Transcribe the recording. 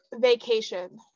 vacation